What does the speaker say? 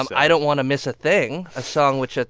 i don't want to miss a thing, a song which, ah